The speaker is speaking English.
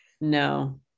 No